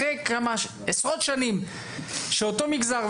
אחרי כמה עשרות שנים שאותו מגזר,